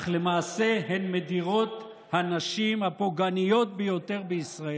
אך למעשה הן מדירות הנשים הפוגעניות ביותר בישראל.